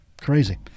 crazy